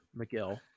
McGill